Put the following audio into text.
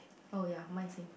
oh ya mine same